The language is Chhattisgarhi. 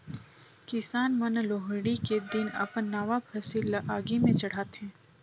किसान हर लोहड़ी के दिन अपन नावा फसिल ल आगि में चढ़ाथें